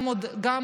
גם